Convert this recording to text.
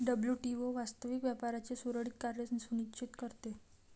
WTO वास्तविक व्यापाराचे सुरळीत कार्य सुनिश्चित करते